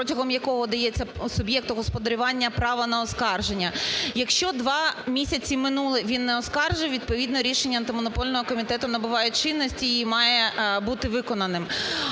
протягом якого дається суб'єкту господарювання право на оскарження. Якщо два місяці минуло, він не оскаржив, відповідно, рішення Антимонопольного комітету набуває чинності і має бути виконаним.